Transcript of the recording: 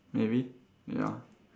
maybe ya